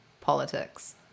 politics